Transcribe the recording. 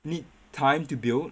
need time to build